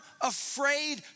afraid